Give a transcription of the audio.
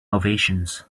ovations